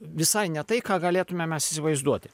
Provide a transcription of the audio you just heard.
visai ne tai ką galėtume mes įsivaizduoti